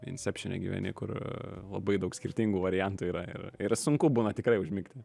inceptione gyveni kur labai daug skirtingų variantų yra ir ir sunku būna tikrai užmigti